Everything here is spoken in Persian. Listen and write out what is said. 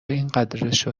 اینقدرشو